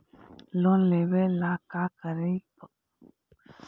Loan लेबे ला का करि?